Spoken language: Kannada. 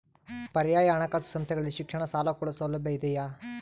ಪರ್ಯಾಯ ಹಣಕಾಸು ಸಂಸ್ಥೆಗಳಲ್ಲಿ ಶಿಕ್ಷಣ ಸಾಲ ಕೊಡೋ ಸೌಲಭ್ಯ ಇದಿಯಾ?